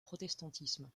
protestantisme